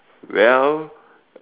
well